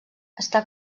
està